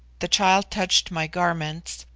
the child touched my garments,